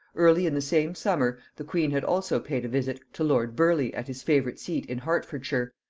early in the same summer the queen had also paid a visit to lord burleigh at his favorite seat in hertfordshire,